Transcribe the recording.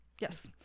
Yes